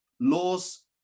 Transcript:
laws